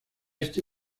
este